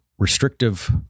Restrictive